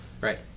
Right